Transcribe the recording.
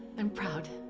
i'm proud!